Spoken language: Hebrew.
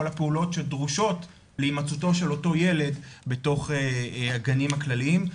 הפעולות שדרושות להימצאותו של אותו ילד בתוך הגנים הכלליים.